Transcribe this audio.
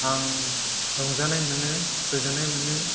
आं रंजानाय मोनो गोजोन्नाय मोनो